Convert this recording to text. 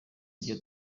iryo